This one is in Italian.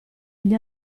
agli